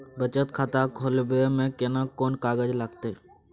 बचत खाता खोलबै में केना कोन कागज लागतै?